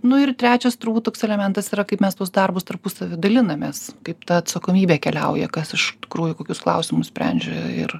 nu ir trečias turbūt toks elementas yra kaip mes tuos darbus tarpusavy dalinamės kaip ta atsakomybė keliauja kas iš tikrųjų kokius klausimus sprendžia ir